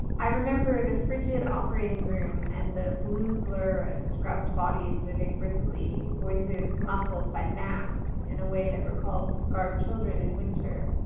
i remember the frigid operating room and the blue blur of scrubbed bodies moving briskly, voices muffled by masks in a way that recalled scarfed children in winter.